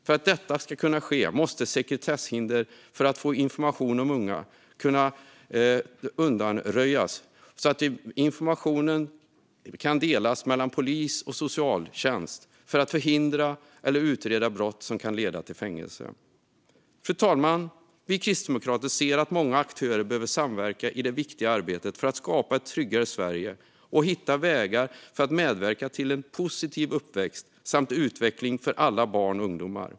För att detta ska kunna ske måste sekretesshinder för att få information om unga undanröjas så att informationen kan delas mellan polis och socialtjänst för att förhindra eller utreda brott som kan leda till fängelse. Fru talman! Vi kristdemokrater anser att många aktörer behöver samverka i det viktiga arbetet för att skapa ett tryggare Sverige och hitta vägar för att medverka till en positiv uppväxt samt utveckling för alla barn och ungdomar.